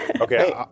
Okay